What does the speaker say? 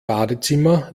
badezimmer